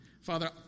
Father